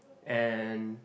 and